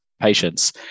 patients